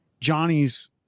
Johnny's